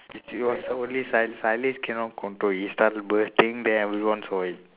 she was the only sudd~ suddenly cannot control he started bursting then everyone saw it